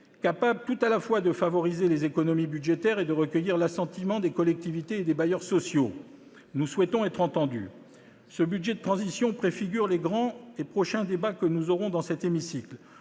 susceptibles, tout à la fois, de favoriser les économies budgétaires et de recueillir l'assentiment des collectivités et des bailleurs sociaux. Nous espérons être entendus. Ce budget de transition préfigure les prochains débats que nous aurons dans cet hémicycle.